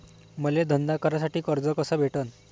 मले धंदा करासाठी कर्ज कस भेटन?